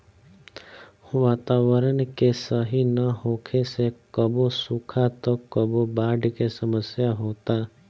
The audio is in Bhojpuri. वातावरण के सही ना होखे से कबो सुखा त कबो बाढ़ के समस्या होता